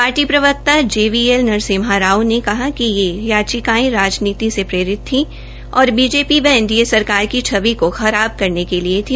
party प्रवक्ता G V L Narasimha Rao ने कहा है कि ये याचिकायें राजनीति से प्रेरित थी और बीजेपी व एनडीए सरकार की छवि का खराब करने के लिये थी